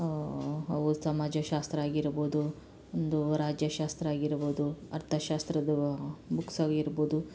ಅವು ಸಮಾಜಶಾಸ್ತ್ರ ಆಗಿರಬೋದು ಒಂದು ರಾಜ್ಯಶಾಸ್ತ್ರ ಆಗಿರ್ಬೌದು ಅರ್ಥಶಾಸ್ತ್ರದ್ದು ಬುಕ್ಸ್ ಆಗಿರ್ಬೋದು